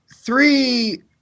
three